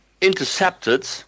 intercepted